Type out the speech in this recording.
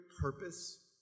purpose